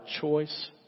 choice